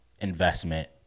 investment